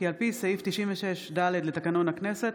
כי על פי סעיף 96(ד) לתקנון הכנסת,